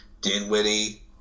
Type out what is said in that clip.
Dinwiddie